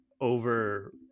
over